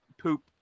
poop